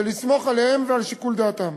ולסמוך עליהם ועל שיקול דעתם.